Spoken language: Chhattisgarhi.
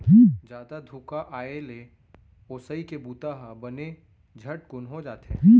जादा धुका आए ले ओसई के बूता ह बने झटकुन हो जाथे